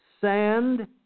sand